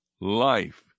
life